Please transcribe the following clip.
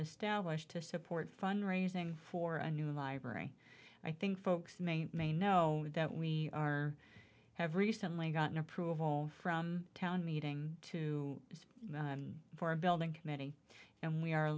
established to support fund raising for a new library i think folks may may know that we are have recently gotten approval from a town meeting to use for a building committee and we are